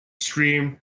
stream